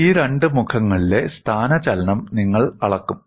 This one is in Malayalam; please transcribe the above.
ഈ രണ്ട് മുഖങ്ങളിലെ സ്ഥാനചലനം നിങ്ങൾ അളക്കും